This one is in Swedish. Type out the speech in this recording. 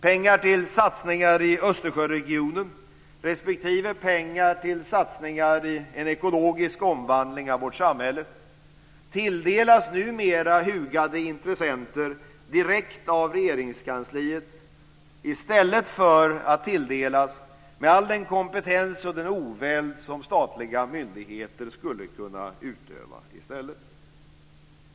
Pengar till satsningar i Östersjöregionen respektive pengar till satsningar i en ekologisk omvandling av vårt samhälle tilldelas numera hugade intressenter direkt av Regeringskansliet, i stället för att tilldelas med all den kompetens och oväld som statliga myndigheter skulle kunna utöva.